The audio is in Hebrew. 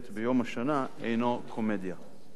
ביום השנה אינו קומדיה.